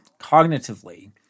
cognitively